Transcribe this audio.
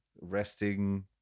resting